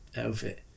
outfit